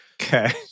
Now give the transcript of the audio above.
Okay